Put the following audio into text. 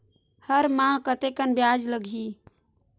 हर माह कतेकन ब्याज लगही?